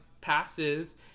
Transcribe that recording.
passes